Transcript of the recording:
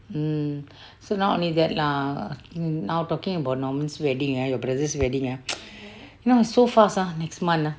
mm so now only that lah now talking about norman's wedding ah your brother's wedding ah you know so fast ah next month ah